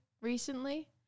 recently